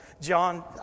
John